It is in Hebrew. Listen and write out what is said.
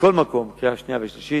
מכל מקום, קריאה שנייה וקריאה